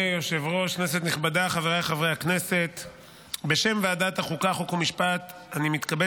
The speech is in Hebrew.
מיכאל מרדכי ביטון וחוה אתי עטייה בנושא: מציאת